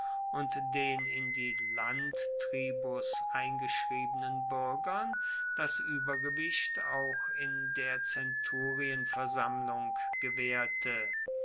und den in die landtribus eingeschriebenen buergern das uebergewicht auch in der zenturienversammlung gewaehrte